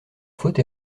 faute